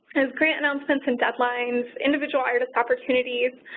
is grant announcements and deadlines, individual artist opportunities,